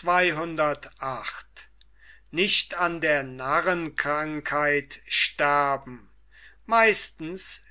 meistens